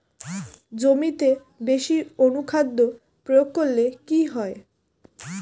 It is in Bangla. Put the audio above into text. জমিতে বেশি অনুখাদ্য প্রয়োগ করলে কি হয়?